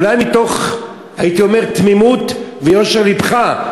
אולי מתוך הייתי אומר תמימות ויושר לבך,